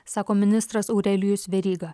sako ministras aurelijus veryga